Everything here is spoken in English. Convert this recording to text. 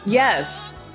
Yes